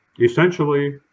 essentially